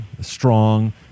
strong